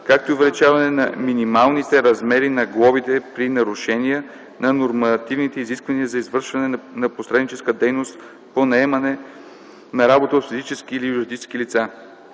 както и увеличаване на минималните размери на глобите при нарушения на нормативните изисквания за извършването на посредническа дейност по наемане на работа от физически или юридически лица.